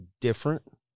different